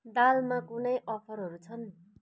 दालमा कुनै अफरहरू छन्